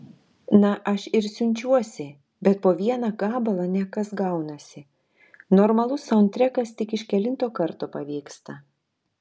na aš ir siunčiuosi bet po vieną gabalą ne kas gaunasi normalus saundtrekas tik iš kelinto karto pavyksta